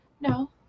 No